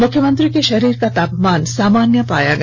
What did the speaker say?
मुख्यमंत्री के शरीर का तापमान सामान्य पाया गया